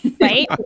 right